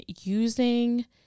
using